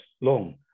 long